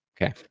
Okay